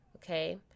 Okay